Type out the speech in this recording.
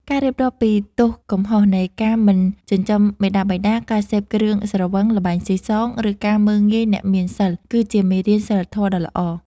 ការរៀបរាប់ពីទោសកំហុសនៃការមិនចិញ្ចឹមមាតាបិតា ការសេពគ្រឿងស្រវឹង ល្បែងស៊ីសង ឬការមើលងាយអ្នកមានសីល គឺជាមេរៀនសីលធម៌ដ៏ល្អ។